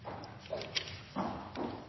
takk,